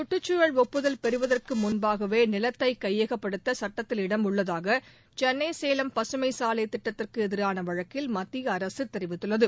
சுற்றுச்சூழல் ஒப்புதல் பெறுவதற்கு முன்பாகவே நிலத்தை கையகப்படுத்த சட்டத்தில் இடம் உள்ளதாக சென்னை சேலம் பசுமை சாலைத் திட்டத்திற்கு எதிரான வழக்கில் மத்திய அரசு தெரிவித்துள்ளது